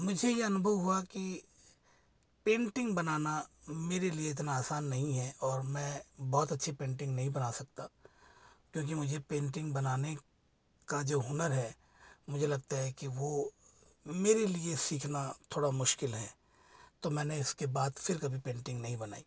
मुझे ये अनुभव हुआ की पेंटिंग बनाना मेरे लिए इतना आसान नहीं है और मैं बहुत अच्छी पेंटिंग नहीं बना सकता क्योंकि मुझे पेंटिंग बनाने का जो हुनर है मुझे लगता है कि वो मेरे लिए सीखना थोड़ा मुश्किल है तो मैंने इसके बाद फिर कभी पेंटिंग नहीं बनाई